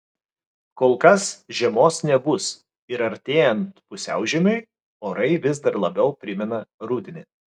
kol kas žiemos nebus ir artėjant pusiaužiemiui orai vis dar labiau primena rudenį